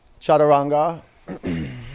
Chaturanga